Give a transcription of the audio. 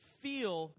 feel